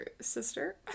sister